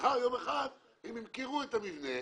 ומחר יום אחד הם ימכרו את המבנה,